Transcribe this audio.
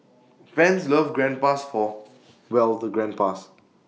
fans love grandpas for well the grandpas